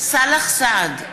סאלח סעד,